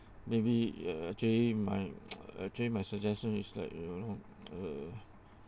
maybe uh actually my actually my suggestion is like you know uh